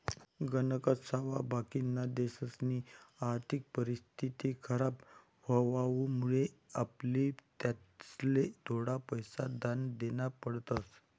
गणकच सावा बाकिना देशसनी आर्थिक परिस्थिती खराब व्हवामुळे आपले त्यासले थोडा पैसा दान देना पडतस